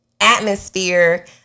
atmosphere